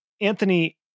Anthony